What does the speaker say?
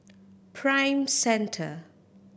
Prime Centre